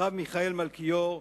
הרב מיכאל מלכיאור,